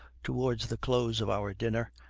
towards the close of our dinner,